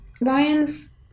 Ryan's